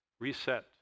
reset